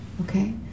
okay